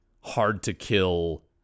hard-to-kill